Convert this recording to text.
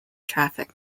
traffic